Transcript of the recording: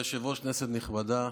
כבוד היושב-ראש, כנסת נכבדה,